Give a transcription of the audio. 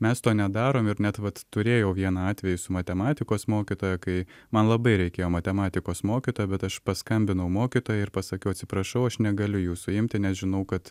mes to nedarom ir net vat turėjau vieną atvejį su matematikos mokytoja kai man labai reikėjo matematikos mokytojo bet aš paskambinau mokytojai ir pasakiau atsiprašau aš negaliu jų suimti nes žinau kad